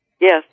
Yes